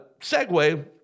segue